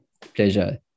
Pleasure